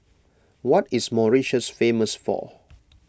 what is Mauritius famous for